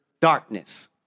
darkness